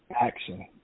action